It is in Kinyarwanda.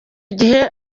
gihe